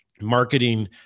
marketing